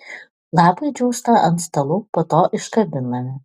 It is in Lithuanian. lapai džiūsta ant stalų po to iškabinami